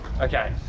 Okay